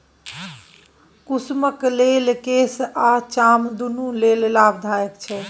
कुसुमक तेल केस आ चाम दुनु लेल लाभदायक छै